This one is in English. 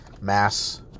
mass